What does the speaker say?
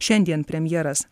šiandien premjeras